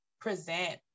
present